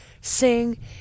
sing